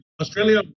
Australia